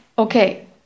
Okay